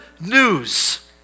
news